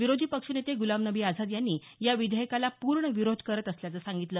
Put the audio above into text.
विरोधी पक्षनेते गुलाम नबी आझाद यांनी या विधेयकाला पूर्ण विरोध करत असल्याचं सांगितलं